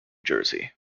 jersey